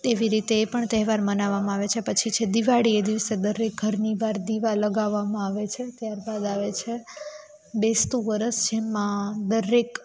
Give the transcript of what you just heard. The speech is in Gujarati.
તેવી રીતે એ પણ તહેવાર મનાવવામાં આવે છે પછી છે દિવાળી એ દિવસે દરેક ઘરની બહાર દીવા લગાવવામાં આવે છે ત્યાર બાદ આવે છે બેસતું વરસ જેમાં દરેક